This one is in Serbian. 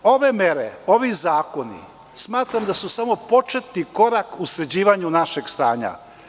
Ove mere, ovi zakoni, smatram da su samo početni korak u sređivanju našeg stanja.